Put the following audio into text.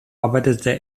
arbeitete